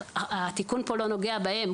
התיקון כאן לא נוגע בהם.